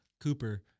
Cooper